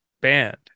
banned